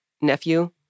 nephew